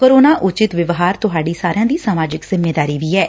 corona ਉਚਿਤ ਵਿਵਹਾਰ ਤੁਹਾਡੀ ਸਮਾਜਿਕ ਜਿੰਮੇਵਾਰੀ ਵੀ ਐ